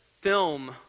film